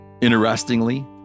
Interestingly